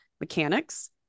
mechanics